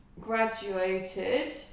graduated